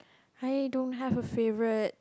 I don't have a favourite